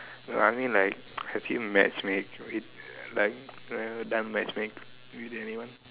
well I mean like have you matchmake like ever done matchmake with anyone